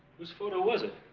whose photo was it